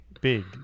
big